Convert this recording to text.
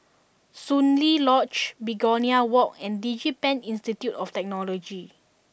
Soon Lee Lodge Begonia Walk and DigiPen Institute of Technology